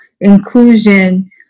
inclusion